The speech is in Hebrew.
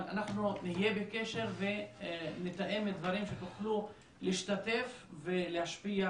אנחנו נהיה בקשר ונתאם דברים שתוכלו להשתתף ולהשפיע